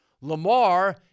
Lamar